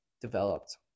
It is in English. developed